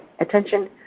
attention